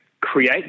create